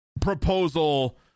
proposal